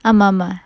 ஆமா ஆமா:aama aama